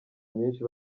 myinshi